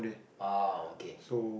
oh okay